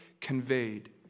conveyed